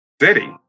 city